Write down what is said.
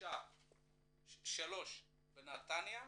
שלוש בנתניה,